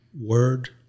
word